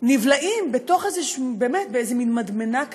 נבלעים בתוך מין מדמנה כזאת,